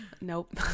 nope